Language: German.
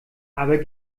aber